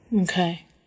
okay